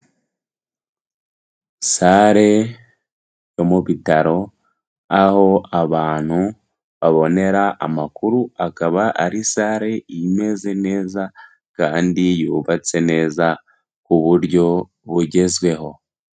Sale yo mu bitaro aho abantu babonera amakuru akaba ari sale imeze neza kandi yubatse neza kuburyo bugezweho.